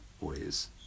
ways